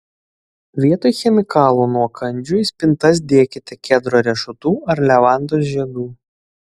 vietoj chemikalų nuo kandžių į spintas dėkite kedro riešutų ar levandos žiedų